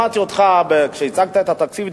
שמעתי אותך כשהצגת את התקציב.